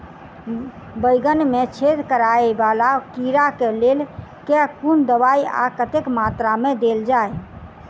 बैंगन मे छेद कराए वला कीड़ा केँ लेल केँ कुन दवाई आ कतेक मात्रा मे देल जाए?